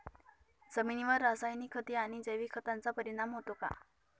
जमिनीवर रासायनिक खते आणि जैविक खतांचा परिणाम होतो का?